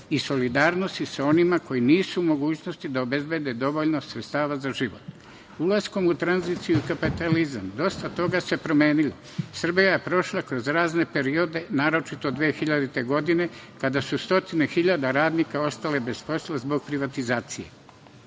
i solidarnosti sa onima koji nisu u mogućnosti da obezbede dovoljno sredstava za život. Ulaskom u tranziciju i kapitalizam dosta toga se promenilo, Srbija je prošla kroz razne periode, naročito 2000. godine, kada su stotine hiljade radnika ostale bez posla zbog privatizacije.